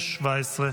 ההסתייגות